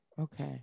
okay